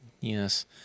Yes